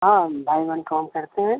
हाँ भाई बहन काम करते हैं